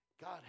God